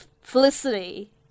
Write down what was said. Felicity